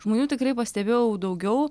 žmonių tikrai pastebėjau daugiau